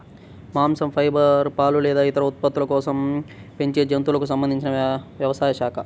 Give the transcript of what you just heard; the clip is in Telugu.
మాంసం, ఫైబర్, పాలు లేదా ఇతర ఉత్పత్తుల కోసం పెంచే జంతువులకు సంబంధించిన వ్యవసాయ శాఖ